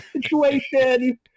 situation